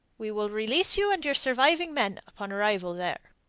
we will release you and your surviving men upon arrival there.